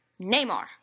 Neymar